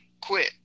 quit